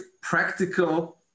practical